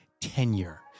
tenure